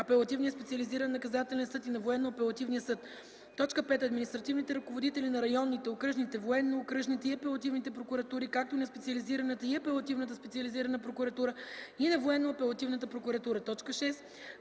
апелативния специализиран наказателен съд и на военно-апелативния съд; 5. административните ръководители на районните, окръжните, военно-окръжните и апелативните прокуратури, както и на специализираната и апелативната специализирана прокуратура и на военно-апелативната прокуратура; 6.